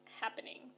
happening